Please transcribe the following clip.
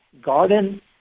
garden